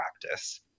practice